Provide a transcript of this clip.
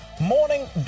Morning